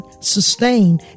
sustain